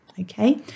Okay